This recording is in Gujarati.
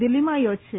દિલ્ફીમાં યોજાશે